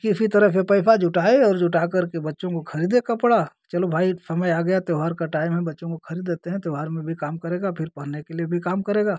किसी तरह से पैसा जुटाए और जुटाकर के बच्चों को ख़रीदे कपड़ा चलो भाई समय आ गया त्योहार का टाइम है बच्चों को ख़रीद देते हैं त्योहार में भी काम करेगा फिर पहनने के लिए भी काम करेगा